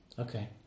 Okay